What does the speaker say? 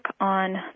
on